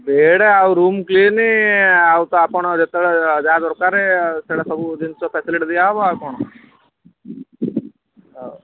bed ଆଉ room clean ଆଉ ତ ଆପଣ ଯେତେବେଳେ ଯାହା ଦରକାର ସେଇଟା ସବୁ ଜିନିଷ ଫ୍ୟାସିଲିଟି ଦିଆ ହେବ ଆଉ କ'ଣ ହଉ